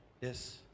Yes